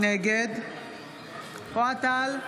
נגד אוהד טל,